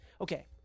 Okay